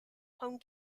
home